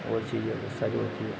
और चीज़ें बहुत सारी होती हैं